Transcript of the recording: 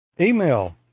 Email